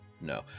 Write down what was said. No